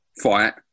fight